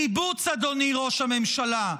קיבוץ, אדוני ראש הממשלה,